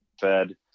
fed